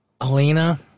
Alina